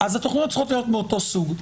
אז התוכניות צריכות להיות מאותו סוג.